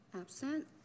Absent